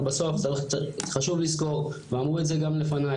אבל בסוף צריך לזכור ואמרו את זה גם לפניי,